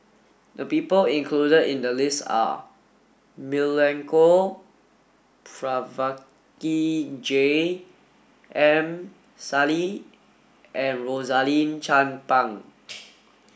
the people included in the list are Milenko Prvacki J M Sali and Rosaline Chan Pang